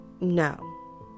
No